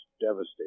devastating